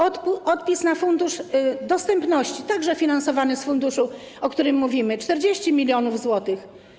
Odpis na Fundusz Dostępności, także finansowany z funduszu, o którym mówimy - 40 mln zł.